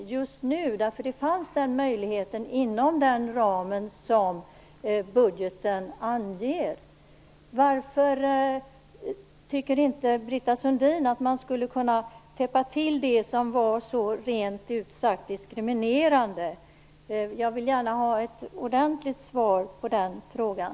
Den möjligheten fanns inom den ram som budgeten anger. Varför tycker inte Britta Sundin att man skulle kunna täppa till det som var så rent ut sagt diskriminerande? Jag vill gärna ha ett ordentligt svar på den frågan.